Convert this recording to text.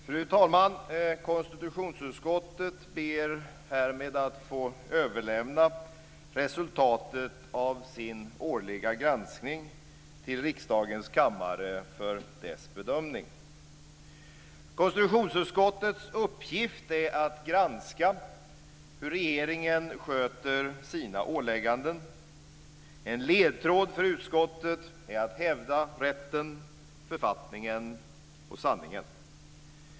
Fru talman! Konstitutionsutskottet ber härmed att få överlämna resultatet av sin årliga granskning till riksdagens kammare för dess bedömning. Konstitutionsutskottets uppgift är att granska hur regeringen sköter sina ålägganden. En ledtråd för utskottet är att hävda rätten, författningen och sanningen.